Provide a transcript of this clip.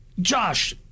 Josh